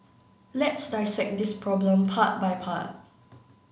let's dissect this problem part by part